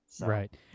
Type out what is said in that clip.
Right